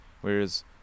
Whereas